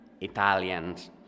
Italians